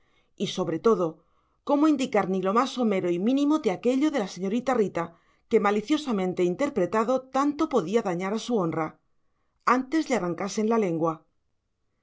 y sobre todo cómo indicar ni lo más somero y mínimo de aquello de la señorita rita que maliciosamente interpretado tanto podía dañar a su honra antes